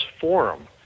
Forum